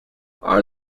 are